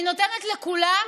אני נותנת לכולם